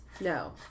No